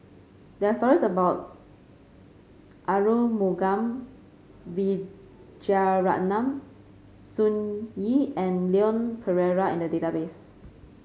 there are stories about Arumugam Vijiaratnam Sun Yee and Leon Perera in the database